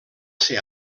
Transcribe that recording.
ser